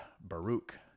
Baruch